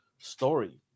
story